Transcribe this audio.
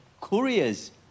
couriers